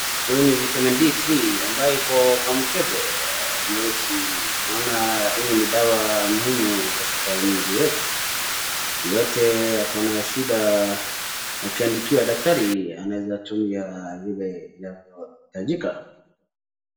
Huu ni Vitamin D ambayo iko kwa mkebe nyeusi naona hii ni dawa muhimu katika mwili yetu. Yote ako na shida akiandikiwa na daktari anawezatumia vile inavyo inahitajika.